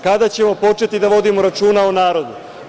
Kada ćemo početi da vodimo računa o narodu?